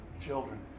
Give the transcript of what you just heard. children